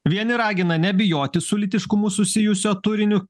vieni ragina nebijoti su lytiškumu susijusio turiniu